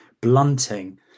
blunting